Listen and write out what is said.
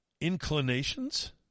Inclinations